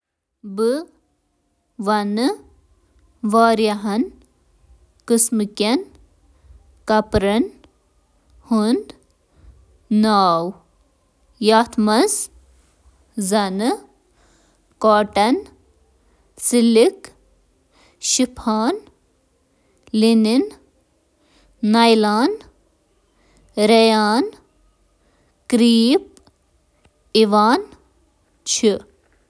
کپُر موادٕک کینٛہہ مُختٔلِف قٕسٕم چھِ یِتھ: کاٹن: وول:ہیمپ: ریشم کیٚمۍ کوکون کیشمیر: لینن: اکھ قۄدرٔتی کپُر چمڑٕ: اکھ قۄدرٔتی کپُر بانٛس: اکھ کم عام کپُر تہٕ جوٹ